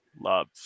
Love